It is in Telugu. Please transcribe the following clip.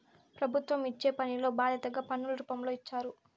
ప్రభుత్వం ఇచ్చే పనిలో బాధ్యతగా పన్నుల రూపంలో ఇచ్చారు